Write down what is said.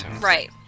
Right